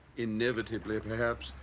inevitably perhaps,